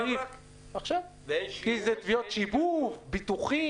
כי זה תביעות שיווק, ביטוחים.